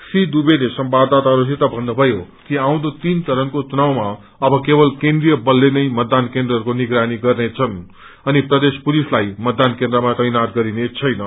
त्री दूवेले संवाददाताहस्सित भन्नुभयो कि आउँदो तीन चरणको चुनावमा अब केवल केन्द्रिय बलले नै मदान केन्द्रहरूको निगरानी गर्नेछन् अनि प्रदेश पुलिसलाई मतदान केन्द्रमा तैनात गरिनेछैन